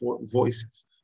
voices